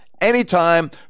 anytime